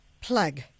plug